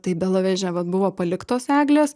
tai beloveže vat buvo paliktos eglės